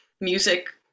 music